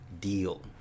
deal